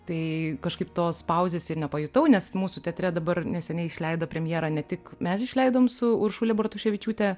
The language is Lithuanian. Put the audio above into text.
tai kažkaip tos pauzės ir nepajutau nes mūsų teatre dabar neseniai išleido premjerą ne tik mes išleidom su uršule bartoševičiūte